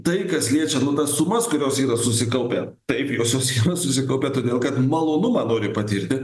tai kas liečia nu tas sumas kurios yra susikaupę taip josios yra susikaupę todėl kad malonumą nori patirti